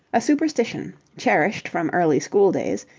a superstition, cherished from early schooldays,